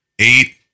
eight